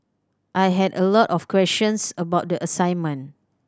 I had a lot of questions about the assignment